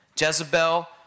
Jezebel